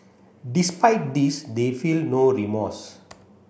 despite this they feel no remorse